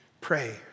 Pray